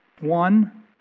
one